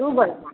दू बजे तक